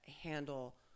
handle